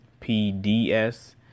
PDS